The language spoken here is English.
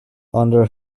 under